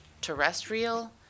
terrestrial